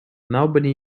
nobody